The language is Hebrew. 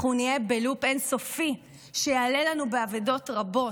אנחנו נהיה בלופ אין-סופי שיעלה לנו באבדות רבות.